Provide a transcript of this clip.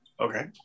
Okay